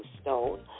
Stone